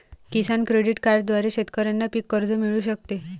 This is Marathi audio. किसान क्रेडिट कार्डद्वारे शेतकऱ्यांना पीक कर्ज मिळू शकते